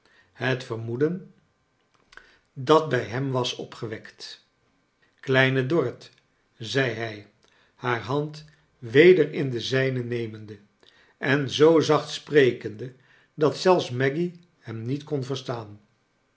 het vermoeden dat bij hem was opgewekt kleine dorrit zei hij haar hand weder in de zijne nemende en zoa zacht sprekende dat zelfs maggy hem niet kon verstaan